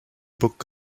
book